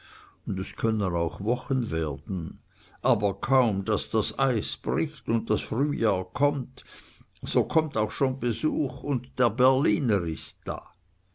und es können auch wochen werden aber kaum daß das eis bricht und das frühjahr kommt so kommt auch schon besuch und der berliner ist da